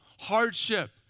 hardship